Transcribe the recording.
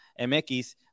MX